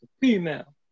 Female